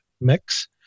mix